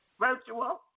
virtual